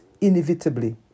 inevitably